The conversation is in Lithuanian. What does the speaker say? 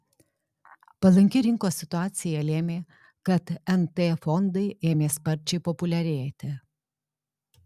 palanki rinkos situacija lėmė kad nt fondai ėmė sparčiai populiarėti